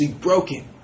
broken